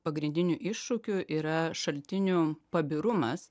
pagrindinių iššūkių yra šaltinių pabirumas